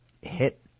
hit